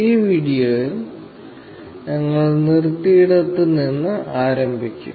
ഈ വീഡിയോയിൽ ഞങ്ങൾ നിർത്തിയിടത്ത് നിന്ന് ആരംഭിക്കും